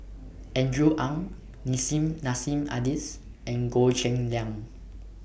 Andrew Ang Nissim Nassim Adis and Goh Cheng Liang